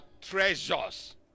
treasures